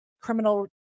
criminal